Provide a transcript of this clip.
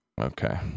Okay